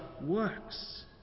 works